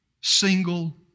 single